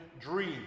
dream